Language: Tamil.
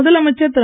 முதலமைச்சர் திரு